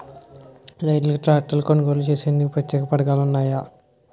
రైతులకు ట్రాక్టర్లు కొనుగోలు చేసేందుకు ప్రత్యేక పథకాలు ఉన్నాయా?